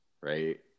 right